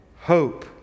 hope